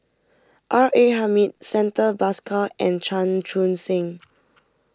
R A Hamid Santha Bhaskar and Chan Chun Sing